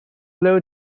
low